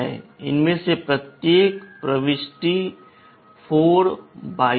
इनमें से प्रत्येक प्रविष्टि 4 बाइट्स है